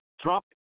Trump